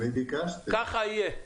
ככה יהיה.